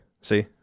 See